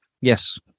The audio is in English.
Yes